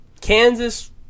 Kansas